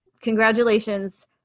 congratulations